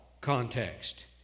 context